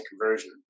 conversion